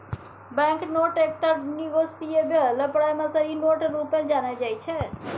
bank note एकटा negotiable promissory note रुपे जानल जाइ छै